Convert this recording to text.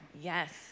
Yes